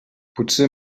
potser